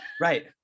Right